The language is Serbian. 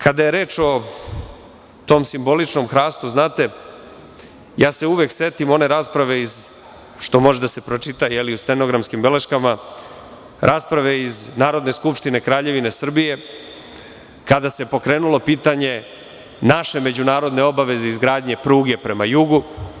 Kada je reč o tom simboličnom hrastu, znate, uvek se setim one rasprave, što može da se pročita i u stenografskim beleškama, rasprave iz Narodne skupštine Kraljevine Srbije, kada se pokrenulo pitanje naše međunarodne obaveze izgradnje pruge prema jugu.